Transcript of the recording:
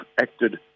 acted